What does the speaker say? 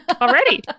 Already